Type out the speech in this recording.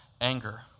anger